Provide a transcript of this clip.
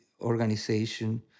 organization